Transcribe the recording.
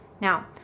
Now